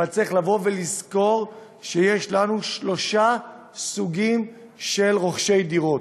אבל צריך לזכור שיש לנו שלושה סוגים של רוכשי דירות: